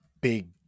big